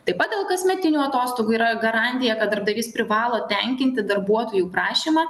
taip pat dėl kasmetinių atostogų yra garantija kad darbdavys privalo tenkinti darbuotojų prašymą